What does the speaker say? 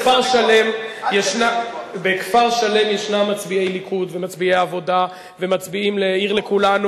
בכפר-שלם ישנם מצביעי ליכוד ומצביעי עבודה ומצביעים ל"עיר לכולנו"